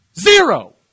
Zero